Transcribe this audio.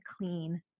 clean